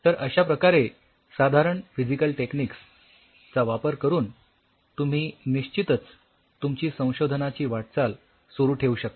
तर अश्या प्रकारे साधारण फिजिकल टेक्निक्स चा वापर करून तुम्ही निश्चितच तुमची संशोधनाची वाटचाल सुरु ठेऊ शकता